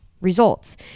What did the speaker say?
results